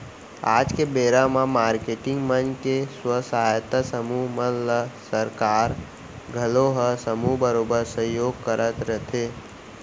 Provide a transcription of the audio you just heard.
आज के बेरा म मारकेटिंग मन के स्व सहायता समूह मन ल सरकार घलौ ह समूह बरोबर सहयोग करत रथे